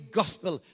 gospel